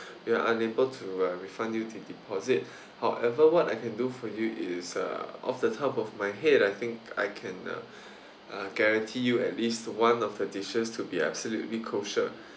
we are unable to uh refund you the deposit however what I can do for you is uh off the top of my head I think I can uh guarantee you at least one of the dishes to be absolutely kosher